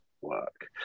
work